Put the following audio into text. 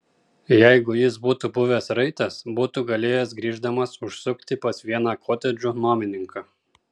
jeigu jis būtų buvęs raitas būtų galėjęs grįždamas užsukti pas vieną kotedžų nuomininką